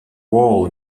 wall